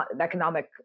economic